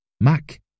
Mac